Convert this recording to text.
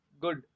Good